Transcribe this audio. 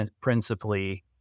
principally